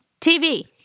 TV